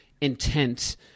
intent